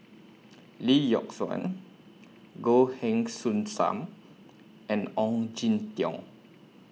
Lee Yock Suan Goh Heng Soon SAM and Ong Jin Teong